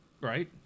Right